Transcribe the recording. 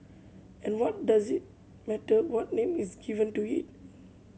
and what does it matter what name is given to it